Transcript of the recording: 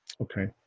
okay